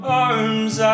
arms